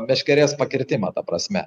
meškerės pakirtimą ta prasme